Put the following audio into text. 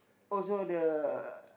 also the